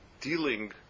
dealing